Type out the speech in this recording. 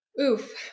Oof